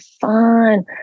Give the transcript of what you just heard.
fun